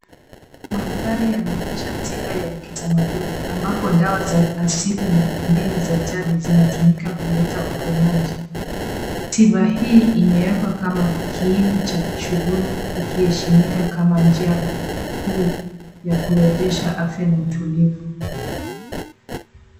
Mandhari yanaonyesha tiba ya kitamaduni ambapo dawa za asili na mbinu za jadi zinatumika kuleta uponaji ,tiba hii imewekwa kama kiini cha shughuli ikiheshimika kama njia kuu ya kurejesha afya na utulivu.